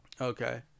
Okay